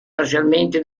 parzialmente